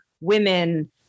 women